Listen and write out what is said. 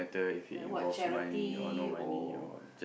like what charity or